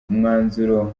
umwanzuro